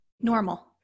normal